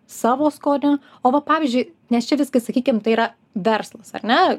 savo skoniu o va pavyzdžiui nes čia viskas sakykim tai yra verslas ar ne